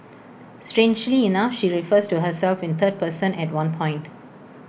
strangely enough she refers to herself in third person at one point